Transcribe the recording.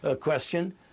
question